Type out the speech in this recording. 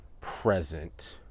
present